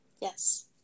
Yes